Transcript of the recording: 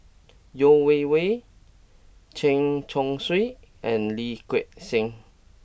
Yeo Wei Wei Chen Chong Swee and Lee Gek Seng